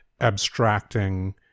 abstracting